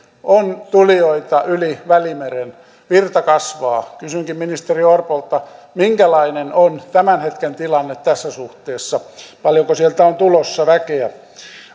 on tulijoita yli välimeren virta kasvaa kysynkin ministeri orpolta minkälainen on tämän hetken tilanne tässä suhteessa paljonko sieltä on tulossa väkeä